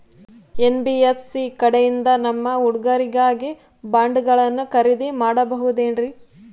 NBFC ಕಡೆಯಿಂದ ನಮ್ಮ ಹುಡುಗರಿಗಾಗಿ ಬಾಂಡುಗಳನ್ನ ಖರೇದಿ ಮಾಡಬಹುದೇನ್ರಿ?